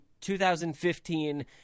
2015